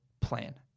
plan